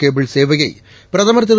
cable சேவையை பிரதமர் திரு